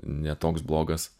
ne toks blogas